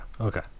Okay